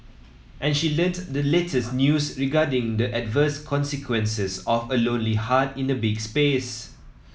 and she learnt the latest news regarding the adverse consequences of a lonely heart in a big space